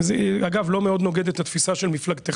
זה אגב לא מאוד נוגד את התפיסה של מפלגתך